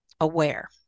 aware